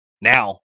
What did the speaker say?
Now